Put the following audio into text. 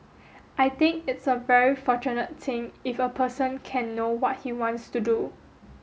I think it's a very fortunate thing if a person can know what he wants to do